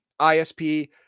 ISP